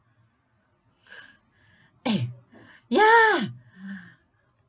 eh ya